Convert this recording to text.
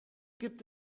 gibt